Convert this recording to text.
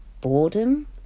Boredom